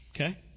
Okay